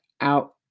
out